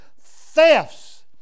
thefts